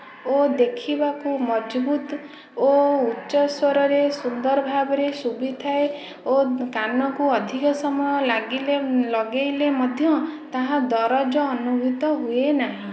ଓ ଦେଖିବାକୁ ମଜବୁତ ଓ ଉଚ୍ଚସ୍ୱରରେ ସୁନ୍ଦର ଭାବରେ ଶୁଭିଥାଏ ଓ କାନକୁ ଅଧିକ ସମୟ ଲାଗିଲେ ଲଗାଇଲେ ମଧ୍ୟ ତାହା ଦରଜ ଅନୁଭୂତ ହୁଏ ନାହିଁ